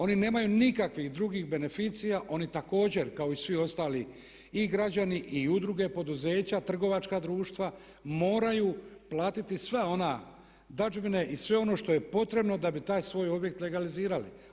Oni nemaju nikakvih drugih beneficija, oni također kao i svi ostali i građani i udruge, poduzeća, trgovačka društva moraju platiti sva ona dadžbine i sve ono što je potrebno da bi taj svoj objekt legalizirali.